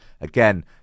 Again